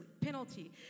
penalty